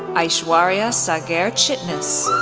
aishwarya sagar chitnis,